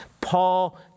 Paul